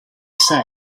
say